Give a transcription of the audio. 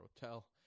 hotel